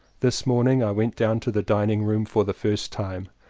this morning i went down to the dining room for the first time.